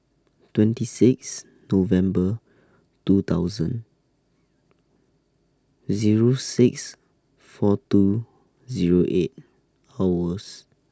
twenty six November two thousand Zero six four two Zero eight hours